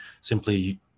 simply